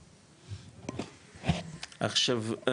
עכשיו,